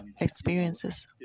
experiences